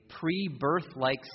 pre-birth-like